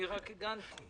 אני רק הגנתי.